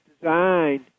designed